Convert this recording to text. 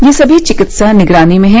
ये सभी चिकित्सा निगरानी में हैं